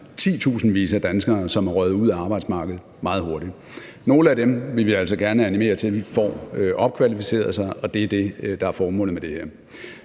titusindvis af danskere, som er røget ud af arbejdsmarkedet meget hurtigt, og nogle af dem vil vi altså gerne animere til får opkvalificeret sig, og det er det, der er formålet med det her.